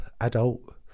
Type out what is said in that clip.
adult